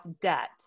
debt